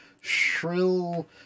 shrill